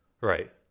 Right